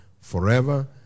forever